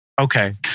okay